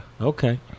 okay